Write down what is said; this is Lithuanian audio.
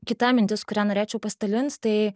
kita mintis kurią norėčiau pasidalint tai